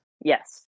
Yes